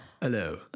Hello